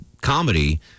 comedy